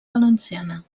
valenciana